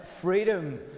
Freedom